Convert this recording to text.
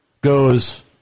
goes